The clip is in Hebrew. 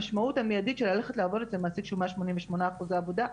המשמעות האמיתית של ללכת לעבוד אצל מעסיק שהוא 188% עבודה,